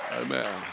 Amen